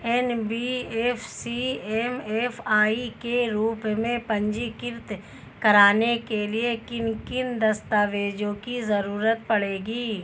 NBFC MFI के रूप में पंजीकृत कराने के लिए किन किन दस्तावेजों की जरूरत पड़ेगी?